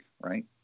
Right